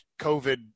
covid